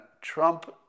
Trump